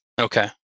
Okay